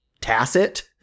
tacit